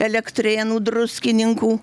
elektrėnų druskininkų